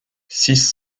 six